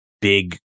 big